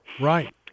Right